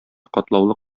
катлаулы